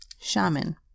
Shaman